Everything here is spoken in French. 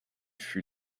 fut